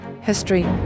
history